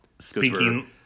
Speaking